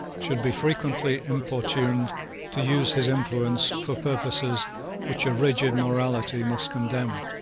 should be frequently importuned to use his influence for purposes which a rigid morality must condemn.